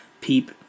peep